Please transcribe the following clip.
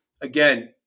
again